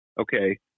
okay